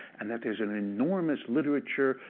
and that there's an enormous literature,